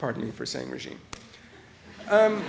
pardon me for saying regime